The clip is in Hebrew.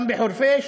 גם בחורפיש